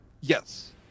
Yes